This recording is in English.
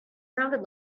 sounded